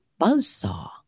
buzzsaw